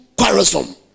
quarrelsome